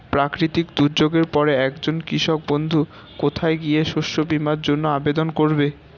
প্রাকৃতিক দুর্যোগের পরে একজন কৃষক বন্ধু কোথায় গিয়ে শস্য বীমার জন্য আবেদন করবে?